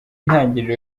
intangiriro